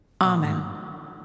Amen